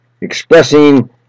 expressing